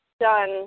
done